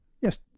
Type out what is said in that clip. Yes